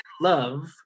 love